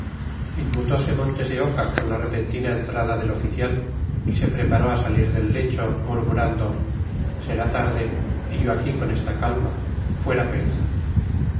le llamaba inmutose montes de oca con la repentina entrada del oficial y se preparó a salir del lecho murmurando será tarde y yo aquí con esta calma fuera pereza